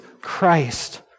Christ